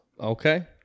Okay